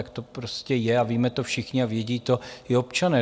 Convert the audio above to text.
Tak to prostě je, víme to všichni a vědí to i občané.